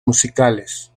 musicales